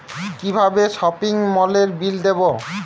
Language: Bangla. কিভাবে সপিং মলের বিল দেবো?